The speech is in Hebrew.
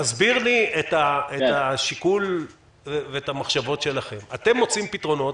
תסביר לי את השיקול ואת המחשבות שלכם אתם מוצאים פתרונות,